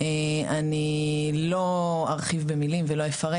אני לא ארחיב במילים ולא אפרט.